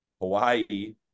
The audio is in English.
Hawaii